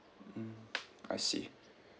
mm I see